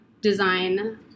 design